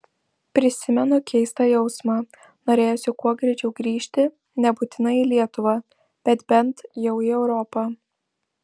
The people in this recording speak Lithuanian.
prisimenu keistą jausmą norėjosi kuo greičiau grįžti nebūtinai į lietuvą bet bent jau į europą